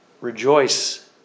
Rejoice